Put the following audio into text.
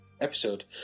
episode